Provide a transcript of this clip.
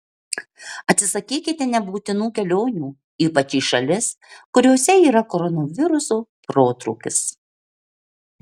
atsisakykite nebūtinų kelionių ypač į šalis kuriose yra koronaviruso protrūkis